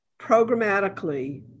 programmatically